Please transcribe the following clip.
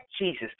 Jesus